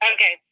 Okay